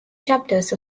chapters